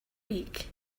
week